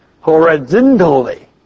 horizontally